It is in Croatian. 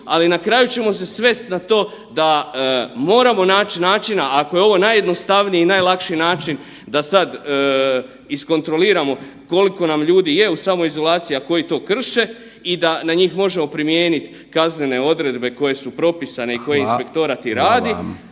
ali na kraju ćemo se svest na to da moramo naći načina ako je ovo najjednostavniji i najlakši način da sad iskontroliramo koliko nam ljudi je u samoizolaciji, a koji to krše i da na njih možemo primijeniti kaznene odredbe koje su propisane i koje inspektorat i radi